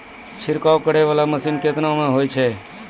छिड़काव करै वाला मसीन केतना मे होय छै?